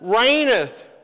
reigneth